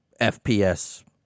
FPS